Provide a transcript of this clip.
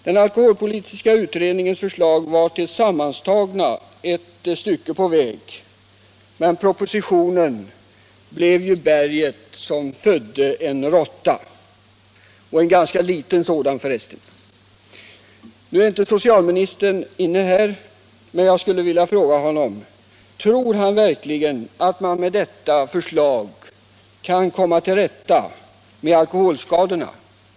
Den alkoholpolitiska utredningens förslag var tillsammantagna ett stycke på vägen, men propositionen blev berget som födde en råtta —- och en ganska liten sådan, för resten. Nu är inte socialministern inne i kammaren, men jag skulle vilja fråga honom: Tror socialministern verkligen att man med detta förslag kan komma till rätta med alkoholskadorna?